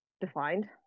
defined